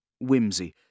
Whimsy